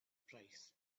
price